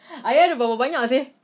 ayah ada berapa banyak seh